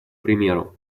примеру